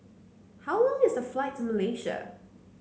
how long is the flight to Malaysia